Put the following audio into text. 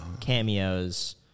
cameos